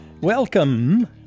Welcome